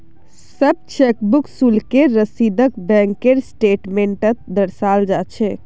सब चेकबुक शुल्केर रसीदक बैंकेर स्टेटमेन्टत दर्शाल जा छेक